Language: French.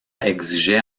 exigeait